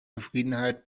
zufriedenheit